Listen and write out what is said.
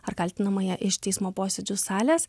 ar kaltinamąją iš teismo posėdžių salės